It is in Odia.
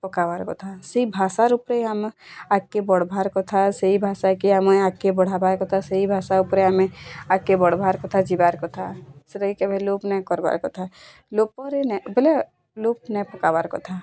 ପକାବାର୍ କଥା ସେଇ ଭାଷାର୍ ଉପରେ ଆମେ ଆଗକେ ବଢ଼ବାର୍ କଥା ସେଇ ଭାଷାକେ ଆମେ ଆଗକେ ବଢ଼ାବାର୍ କଥା ସେଇ ଭାଷା ଉପରେ ଆମେ ଆଗକେ ବଢ଼ବାର୍ କଥା ଯିବାର୍ କଥା ସେଟାକି କେବେ ଲୋପ୍ ନାଇଁ କାରବାର୍ କଥା ଲୋପରେ ନାଇଁ ବୋଲେ ଲୋପ୍ ନାଇଁ ପକାବାର୍ କଥା